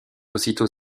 aussitôt